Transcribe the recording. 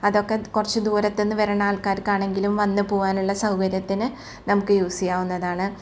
അതൊക്കെ കുറച്ച് ദൂരത്ത് നിന്ന് വരുന്ന ആൾക്കാർക്കാണെങ്കിലും വന്ന് പോകാനുള്ള സൗകര്യത്തിന് നമുക്ക് യൂസ് ചെയ്യാവുന്നതാണ്